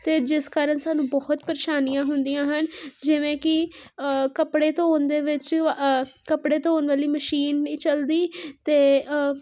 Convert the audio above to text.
ਅਤੇ ਜਿਸ ਕਾਰਨ ਸਾਨੂੰ ਬਹੁਤ ਪ੍ਰੇਸ਼ਾਨੀਆਂ ਹੁੰਦੀਆਂ ਹਨ ਜਿਵੇਂ ਕਿ ਕੱਪੜੇ ਧੋਣ ਦੇ ਵਿੱਚ ਕੱਪੜੇ ਧੋਣ ਵਾਲੀ ਮਸ਼ੀਨ ਨਹੀਂ ਚੱਲਦੀ ਅਤੇ